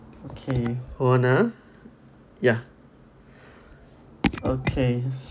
okay hold on ah yeah okay so